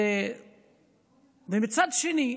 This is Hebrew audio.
ומצד שני,